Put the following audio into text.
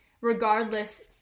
regardless